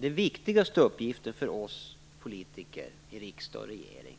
Den viktigaste uppgiften för oss politiker i riksdag och regering